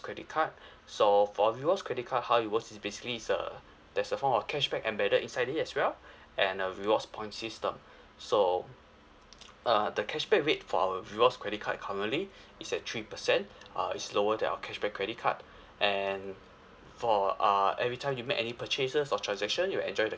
credit card so for rewards credit card how it works is basically is uh there's a form of cashback embedded inside it as well and a rewards points system so uh the cashback rate for our rewards credit card currently is at three percent uh it's lower than our cashback credit card and for err every time you make any purchases or transaction you'll enjoy the